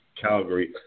Calgary